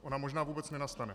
Ona možná vůbec nenastane.